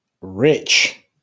rich